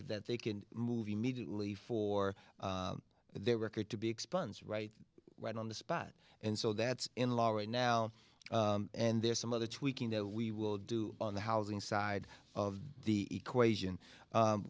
that they can move immediately for their record to be expunged right right on the spot and so that's in law right now and there's some other tweaking that we will do on the housing side of the equation